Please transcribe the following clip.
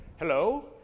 Hello